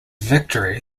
victory